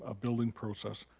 ah building process.